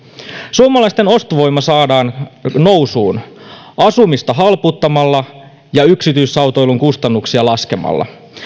suomalaisten ostovoima saadaan nousuun asumista halpuuttamalla ja yksityisautoilun kustannuksia laskemalla